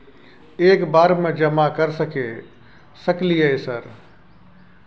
एक बार में जमा कर सके सकलियै सर?